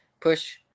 push